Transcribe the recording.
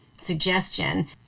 suggestion